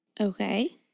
Okay